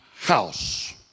house